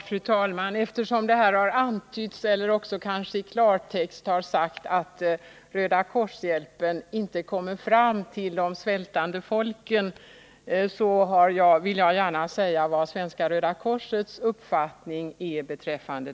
Fru talman! Eftersom det här har antytts att rödakorshjälpen inte kommer fram till de svältande folken, vill jag redogöra för Svenska röda korsets uppfattning i denna fråga.